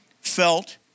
felt